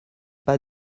pas